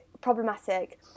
problematic